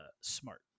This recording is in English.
smart